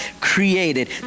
created